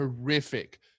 horrific